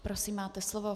Prosím, máte slovo.